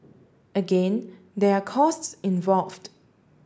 again there are costs involved